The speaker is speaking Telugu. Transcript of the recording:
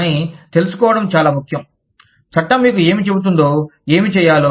కానీ తెలుసుకోవడం చాలా ముఖ్యం చట్టం మీకు ఏమి చెబుతుందో ఏమి చేయాలో